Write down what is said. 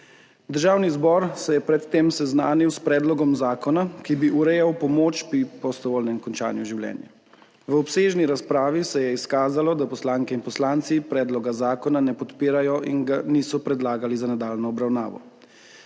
Državni zbor se je pred tem seznanil s predlogom zakona, ki bi urejal pomoč pri prostovoljnem končanju življenja. V obsežni razpravi se je izkazalo, da poslanke in poslanci predloga zakona ne podpirajo in ga niso predlagali za nadaljnjo obravnavo.